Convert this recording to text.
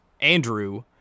Andrew